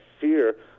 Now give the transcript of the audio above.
fear